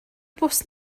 bws